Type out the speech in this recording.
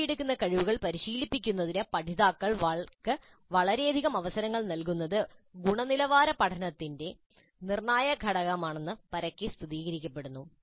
നേടിയെടുക്കുന്ന കഴിവുകൾ പരിശീലിപ്പിക്കുന്നതിന് പഠിതാക്കൾക്ക് വളരെയധികം അവസരങ്ങൾ നൽകുന്നത് ഗുണനിലവാര പഠനത്തിന്റെ നിർണായക ഘടകമാണെന്ന് പരക്കെ സ്ഥിരീകരിക്കപ്പെടുന്നു